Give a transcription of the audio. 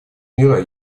мира